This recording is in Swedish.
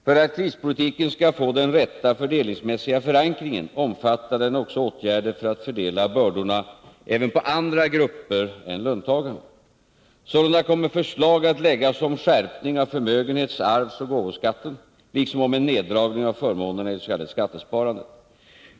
För att krispolitiken skall få den rätta fördelningsmässiga förankringen omfattar den även åtgärder för att fördela bördorna även på andra grupper än löntagarna. Sålunda kommer förslag att läggas om skärpning av förmögenhets-, arvsoch gåvoskatten, liksom om en neddragning av förmånerna i det s.k. skattesparandet.